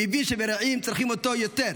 הוא הבין שברעים צריכים אותו יותר,